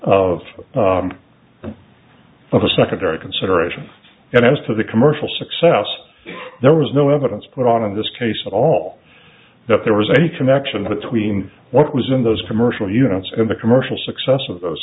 of of a secondary consideration and as to the commercial success there was no evidence put on of this case at all that there was a connection between what was in those commercial units in the commercial success of those